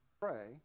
Pray